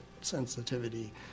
sensitivity